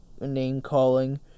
name-calling